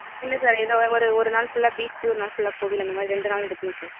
இல்லை சார் இதை வ ஒரு ஒரு நாள் ஃபுல்லாக பீச்சு ஒரு நாள் ஃபுல்லாக கோவில் அந்த மாதிரி ரெண்டு நாள் எடுக்கணும் சார்